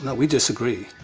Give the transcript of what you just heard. but we disagree.